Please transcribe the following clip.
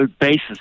basis